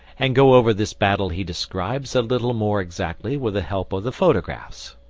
and go over this battle he describes a little more exactly with the help of the photographs.